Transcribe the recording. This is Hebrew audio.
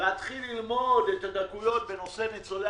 להתחיל ללמוד את הדקויות בנושא ניצולי